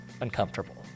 uncomfortable